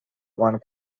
one